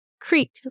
Creek